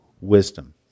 wisdom